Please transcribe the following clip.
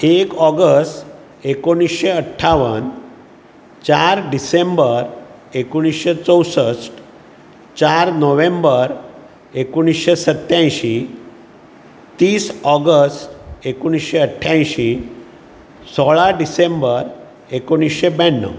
एक ऑगस्ट एकोणिशें अठ्ठावन चार डिसेंबर एकोणिशे चवसश्ट चार नोव्हेंबर एकोणिशें सत्यायंशी तीस ऑगस्ट एकोणिशे अट्यायंशी सोळा डिसेंबर एकोणिशे ब्याणव